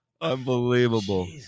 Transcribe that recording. Unbelievable